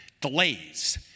delays